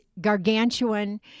gargantuan